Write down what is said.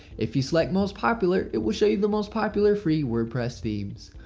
if you select most popular, it will show you the most popular free wordpress themes.